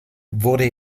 wurde